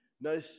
no